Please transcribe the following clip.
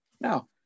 Now